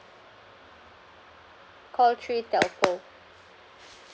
call three telco